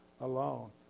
alone